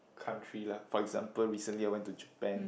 country lah for example recently I went to Japan